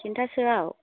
थिनथासोआव